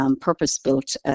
purpose-built